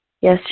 Yes